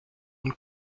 und